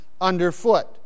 underfoot